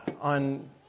on